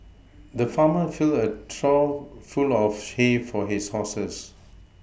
the farmer filled a trough full of hay for his horses